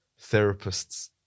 therapists